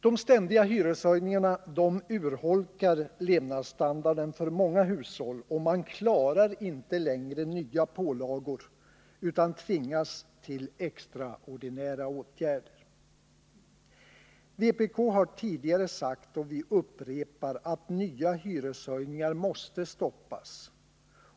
De ständiga hyreshöjningarna urholkar levandsstandarden för många hushåll, och man klarar inte längre nya pålagor utan tvingas till extraordinära åtgärder. Vpk har tidigare sagt — och vi upprepar — att nya hyreshöjningar måste stoppas.